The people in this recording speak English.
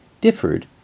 differed